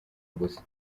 gusa